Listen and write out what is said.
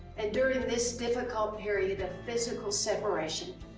and during this difficult period of physical separation,